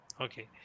Okay